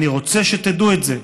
אני רוצה שתדעו את זה.